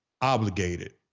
obligated